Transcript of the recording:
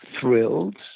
thrilled